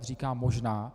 Říkám možná.